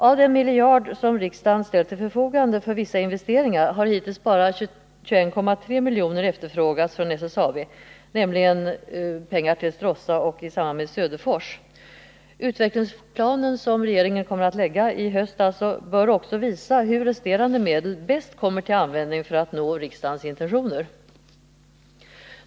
Av den miljard som riksdagen ställt till förfogande för vissa investeringar har hittills bara 21,3 milj.kr. efterfrågats av SSAB. Dessa pengar är avsedda för Stråssa och Söderfors. Den utvecklingsplan som regeringen i höst alltså kommer att lägga fram bör också visa på hur resterande medel på bästa sätt kan användas, så att man därmed kan leva upp till riksdagens intentioner.